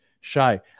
shy